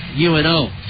UNO